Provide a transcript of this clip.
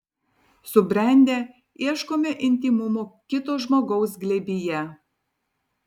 subrendę ieškome intymumo kito žmogaus glėbyje